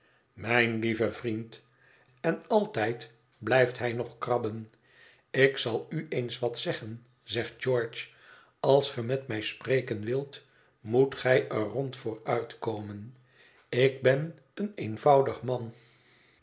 mijn lieve vriend en altijd blijft hij nog krabben ik zal u eens wat zeggen zegt george als ge met mij spreken wilt moet gij er rond voor uitkomen ik ben een eenvoudig man